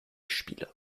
spiele